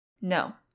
No